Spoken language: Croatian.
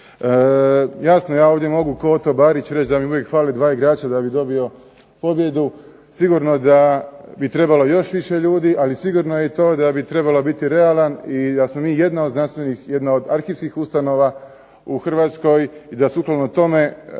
Jasno ja ovdje mogu kao Otto Barić reći da mi uvijek fale dva igrača da bih dobio pobjedu. Sigurno da bi trebalo još više ljudi, ali sigurno je i to da bi trebalo biti realan i da smo mi jedna od znanstvenih, jedna od arhivskih ustanova u Hrvatskoj i da sukladno tome